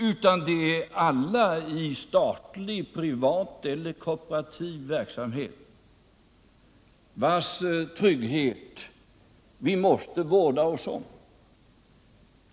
Det är tryggheten för alla — i statlig, privat eller kooperativ verksamhet — som vi måste vårda oss om.